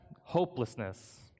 hopelessness